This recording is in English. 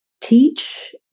teach